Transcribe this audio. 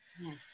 Yes